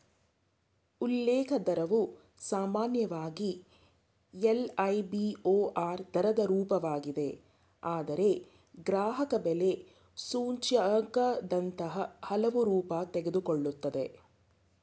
ಉಲ್ಲೇಖ ದರವು ಸಾಮಾನ್ಯವಾಗಿ ಎಲ್.ಐ.ಬಿ.ಓ.ಆರ್ ದರದ ರೂಪವಾಗಿದೆ ಆದ್ರೆ ಗ್ರಾಹಕಬೆಲೆ ಸೂಚ್ಯಂಕದಂತಹ ಹಲವು ರೂಪ ತೆಗೆದುಕೊಳ್ಳುತ್ತೆ